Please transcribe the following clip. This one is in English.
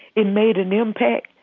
it made an impact.